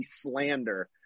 slander